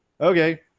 okay